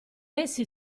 essi